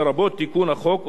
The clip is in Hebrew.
לרבות תיקון החוק,